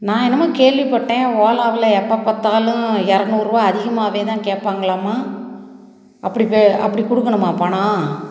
நான் என்னமோ கேள்வி பட்டேன் ஓலாவில் எப்போது பார்த்தாலும் இரநூறு ரூபா அதிகமாகவே தான் கேட்பாங்கலாமா அப்படி அப்படி கொடுக்கணுமா பணம்